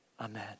Amen